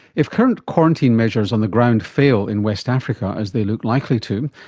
if current quarantine measures on the ground fail in west africa, as they look likely to,